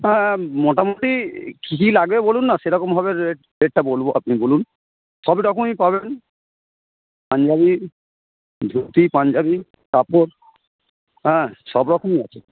হ্যাঁ মোটামুটি কী কী লাগবে বলুন না সেরকমভাবে রেট রেটটা বলব আপনি বলুন সবই রকমই পাবেন পাঞ্জাবি ধুতি পাঞ্জাবি কাপড় হ্যাঁ সব রকমই আছে